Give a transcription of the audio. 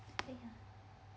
!aiya!